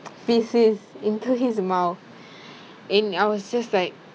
faeces into his mouth and I was just like